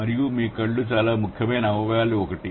మరియు మీ కళ్ళు చాలా ముఖ్యమైన అవయవాలలో ఒకటి